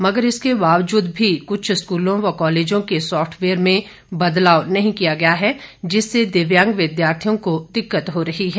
मगर इसके बावजूद भी कुछ स्कूलों व कॉलेजों के सॉफ्टवेयर में बदलाव नहीं किया गया हैं जिससे दिव्यांग विद्यार्थियों को दिक्कत हो रही है